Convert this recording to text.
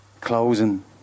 closing